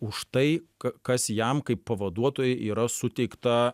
už tai ka kas jam kaip pavaduotojui yra suteikta